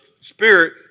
Spirit